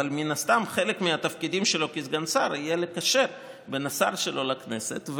אבל מן הסתם חלק מהתפקיד שלו כסגן שר יהיה לקשר בין השר שלו לכנסת.